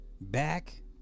Back